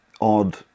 odd